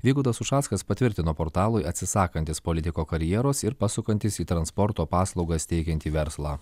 vygaudas ušackas patvirtino portalui atsisakantis politiko karjeros ir pasukantis į transporto paslaugas teikiantį verslą